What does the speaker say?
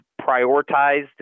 prioritized